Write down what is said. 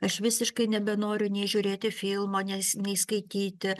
aš visiškai nebenoriu nė žiūrėti filmo nei nei skaityti